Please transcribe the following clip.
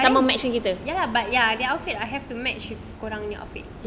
I mean ya lah but ya the outfit I have to match with korangnya outfit